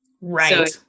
Right